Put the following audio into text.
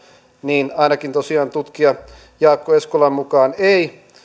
niin ainakin tosiaan tutkija jaakko eskolan mukaan ei